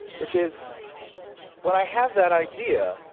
which is when i have that idea,